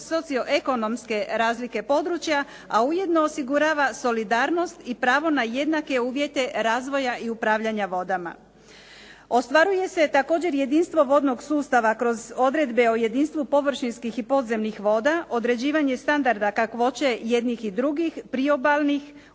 socio-ekonomske razlike područja, a ujedno osigurava solidarnost i pravo na jednake uvjete razvoja i upravljanja vodama. Ostvaruje se također jedinstvo vodnog sustava kroz odredbe o jedinstvu površinskih i podzemnih voda, određivanja standarda kakvoće jednih i drugih, i priobalnih